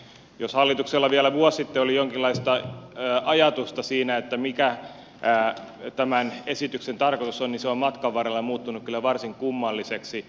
jos hallituksella vielä vuosi sitten oli jonkinlaista ajatusta siinä mikä tämän esityksen tarkoitus on niin se on matkan varrella muuttunut kyllä varsin kummalliseksi